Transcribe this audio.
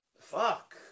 fuck